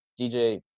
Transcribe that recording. DJ